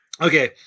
okay